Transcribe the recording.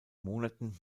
monaten